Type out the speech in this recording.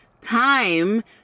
time